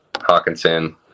Hawkinson